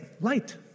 Light